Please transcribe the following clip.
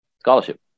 Scholarship